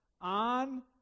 On